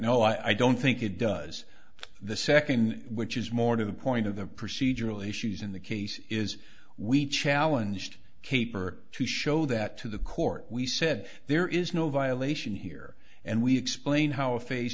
no i don't think it does the second which is more to the point of the procedural issues in the case is we challenge to keep or to show that to the court we said there is no violation here and we explain how a face